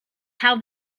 how